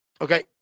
Okay